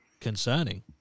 concerning